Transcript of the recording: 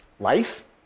Life